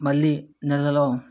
మళ్ళీ నెలలో